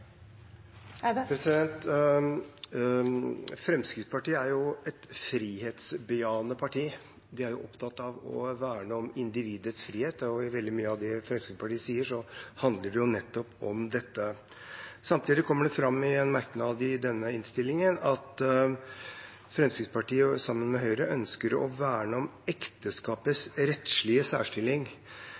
opptatt av å verne om individets frihet, og veldig mye av det som Fremskrittspartiet sier, handler om nettopp det. Samtidig kommer det fram i en merknad i denne innstillingen at Fremskrittspartiet og Høyre ønsker å verne om ekteskapets rettslige særstilling.